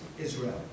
Israel